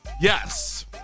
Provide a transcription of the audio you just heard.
yes